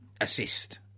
assist